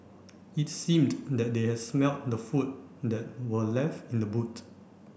it seemed that they had smelt the food that were left in the boot